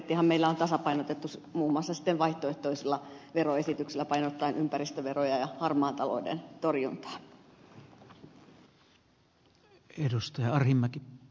budjettihan meillä on tasapainotettu muun muassa sitten vaihtoehtoisilla veroesityksillä painottaen ympäristöveroja ja harmaan talouden torjuntaa